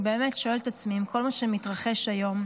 עם כל מה שמתרחש היום,